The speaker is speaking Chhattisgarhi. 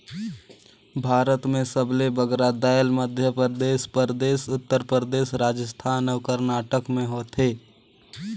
भारत में सबले बगरा दाएल मध्यपरदेस परदेस, उत्तर परदेस, राजिस्थान अउ करनाटक में होथे